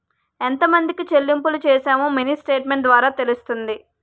ఎంతమందికి చెల్లింపులు చేశామో మినీ స్టేట్మెంట్ ద్వారా తెలుస్తుంది